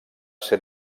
ser